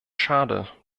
schade